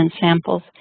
samples